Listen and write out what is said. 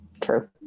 True